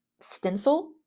stencil